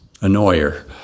Annoyer